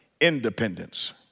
independence